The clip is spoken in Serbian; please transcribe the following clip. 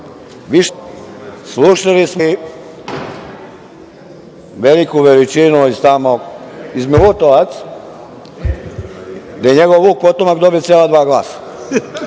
slušali smo i veliku veličinu iz Milutovac, gde je njegov vuk potomak dobio cela dva glasa.